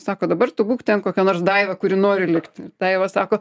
sako dabar tu būk ten kokia nors daiva kuri nori likti daiva sako